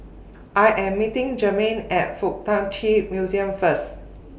I Am meeting Germaine At Fuk Tak Chi Museum First